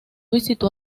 visitó